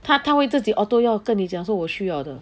他他会自己 auto 要跟你讲说我需要的